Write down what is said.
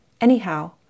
Anyhow